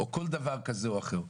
או כל דבר כזה או אחר.